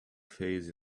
face